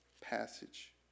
passage